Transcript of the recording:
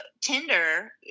Tinder